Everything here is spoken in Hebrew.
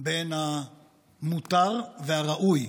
בין המותר והראוי: